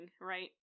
right